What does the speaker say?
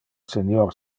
senior